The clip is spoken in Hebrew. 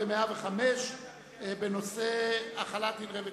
ו-105, בנושא החלת דין רציפות.